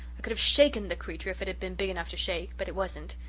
i could have shaken the creature if it had been big enough to shake, but it wasn't.